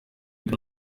muri